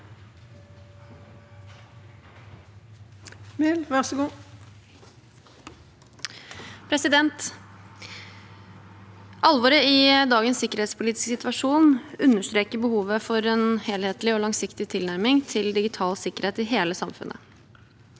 Alvoret i dagens sikkerhetspolitiske situasjon understreker behovet for en helhetlig og langsiktig tilnærming til digital sikkerhet i hele samfunnet.